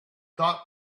thought